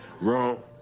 Wrong